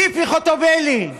ציפי חוטובלי.